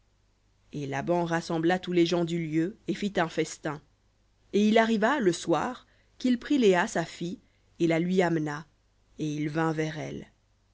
et laban rassembla tous les gens du lieu et fit un festin et il arriva le soir qu'il prit léa sa fille et la lui amena et il vint vers elle